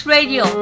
Radio